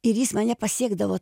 ir jis mane pasiekdavo